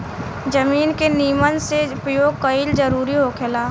जमीन के निमन से उपयोग कईल जरूरी होखेला